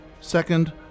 second